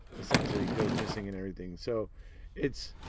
essentially goes missing and everything. so it's.